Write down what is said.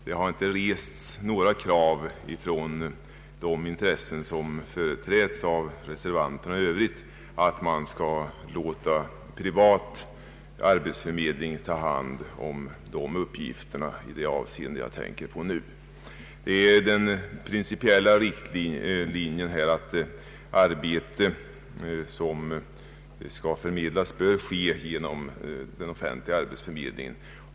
Det har inte rests några krav från de intressen som företräds av reservanterna i Övrigt att man skall låta privat arbetsförmedling ta hand om de uppgifterna i det avseende jag nu tänker på. Här är den principiella riktlinjen att förmedling av arbete bör ske genom den offentliga arbetsförmedlingen.